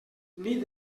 nit